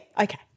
okay